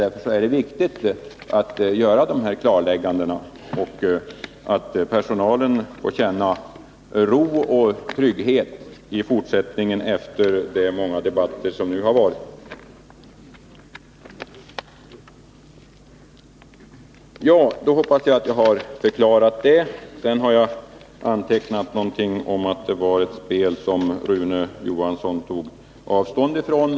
Därför är det viktigt att göra de här klarläggandena och att personalen får känna arbetsro och trygghet i fortsättningen efter de många debatterna. Då hoppas jag att jag har förklarat detta. Sedan har jag antecknat 173 någonting om att det här var ett spel för galleriet som Rune Johansson tog avstånd från.